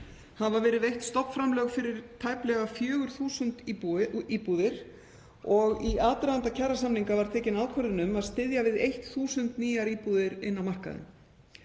hafa verið veitt stofnframlög fyrir tæplega 4.000 íbúðir og í aðdraganda kjarasamninga var tekin ákvörðun um að styðja við 1.000 nýjar íbúðir inn á markaðinn.